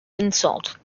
insult